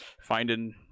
finding